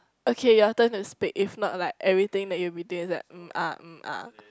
okay your turn to speak if not like everything that you will be doing is like